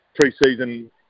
pre-season